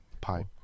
Pipe